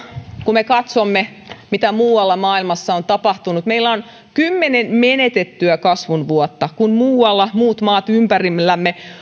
kun me katsomme mitä muualla maailmassa on tapahtunut meillä on kymmenen menetettyä kasvun vuotta kun muualla muut maat ympärillämme